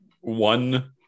One